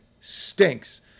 stinks